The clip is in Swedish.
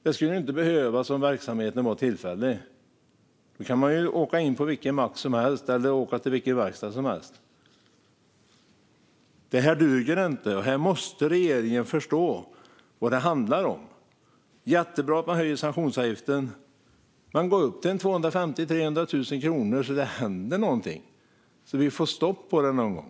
Det skulle inte behövas om verksamheten var tillfällig. Då kan man åka in på vilken mack eller verkstad som helst. Det här duger inte. Regeringen måste förstå vad det handlar om. Det är jättebra att man höjer sanktionsavgiften. Men gå upp till 250 000 eller 300 000 kronor så att det händer någonting, så att vi får stopp på det någon gång.